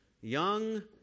young